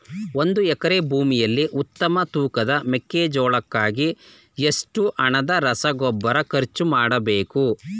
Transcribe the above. ಒಂದು ಎಕರೆ ಭೂಮಿಯಲ್ಲಿ ಉತ್ತಮ ತೂಕದ ಮೆಕ್ಕೆಜೋಳಕ್ಕಾಗಿ ಎಷ್ಟು ಹಣದ ರಸಗೊಬ್ಬರ ಖರ್ಚು ಮಾಡಬೇಕು?